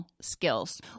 skills